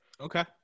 Okay